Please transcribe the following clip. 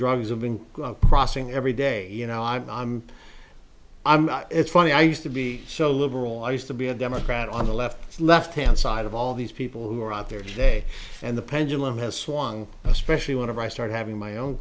drugs have been crossing every day you know i'm i'm i'm it's funny i used to be so liberal i used to be a democrat on the left left hand side of all these people who are out there today and the pendulum has swung especially one of i started having my own